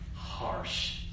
Harsh